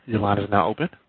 your line is now open.